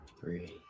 three